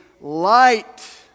light